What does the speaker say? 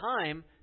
time